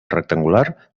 rectangular